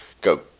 go